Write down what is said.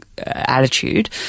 attitude